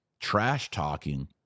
Trash-talking